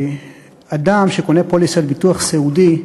אדם שקונה פוליסת ביטוח סיעודי,